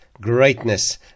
greatness